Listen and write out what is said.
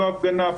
לא הפגנה,